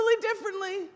differently